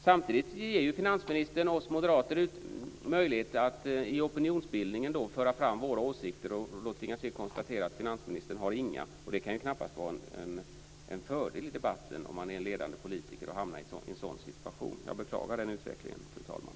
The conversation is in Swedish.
Samtidigt ger finansministern oss moderater möjlighet att föra fram våra åsikter i opinionsbildningen. Då tvingas vi konstatera att finansministern inte har några. Det kan knappast vara en fördel i debatten, om man är en ledande politiker, att hamna i en sådan situation. Jag beklagar den utvecklingen, fru talman.